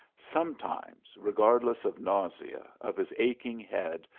sometimes, regardless of nausea, of his aching head,